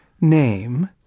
name